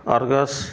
Argus